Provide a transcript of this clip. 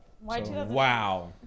Wow